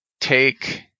take –